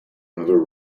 another